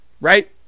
right